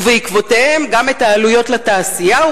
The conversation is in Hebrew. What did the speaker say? ובעקבותיהם גם את העלויות לתעשייה,